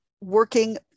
working